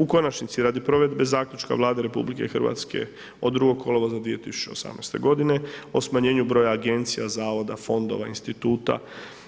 U konačnici radi provedbe zaključka Vlade RH od 2. kolovoza 2018. godine o smanjenju broja agencija, zavoda, fondova, instituta,